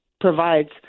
provides